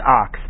ox